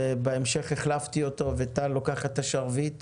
ובהמשך החלפתי אותו, וטל לוקחת את השרביט.